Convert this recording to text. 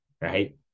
right